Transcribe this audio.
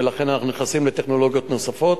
ולכן אנחנו נכנסים לטכנולוגיות נוספות,